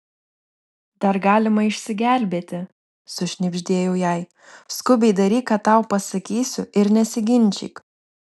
dar galima išsigelbėti sušnibždėjau jai skubiai daryk ką tau pasakysiu ir nesiginčyk